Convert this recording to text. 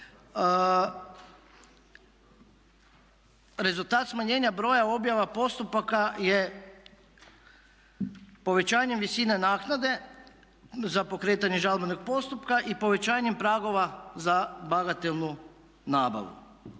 Rezultat smanjenja broja objava postupaka je povećanjem visine naknade za pokretanje žalbenog postupka i povećanjem pragova za bagatelnu nabavu.